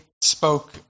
spoke